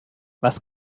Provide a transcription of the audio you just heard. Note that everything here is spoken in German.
was